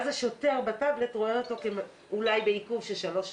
אז השוטר רואה בטבלט אותו אולי בעיכוב של שלוש שעות.